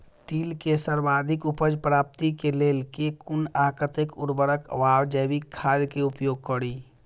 तिल केँ सर्वाधिक उपज प्राप्ति केँ लेल केँ कुन आ कतेक उर्वरक वा जैविक खाद केँ उपयोग करि?